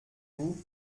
vous